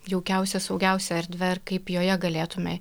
jaukiausia saugiausia erdve ar kaip joje galėtume